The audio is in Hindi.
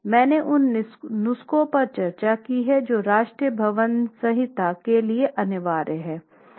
मैंने उन नुस्खों पर चर्चा की है जो राष्ट्रीय भवन संहिता के लिए अनिवार्य हैं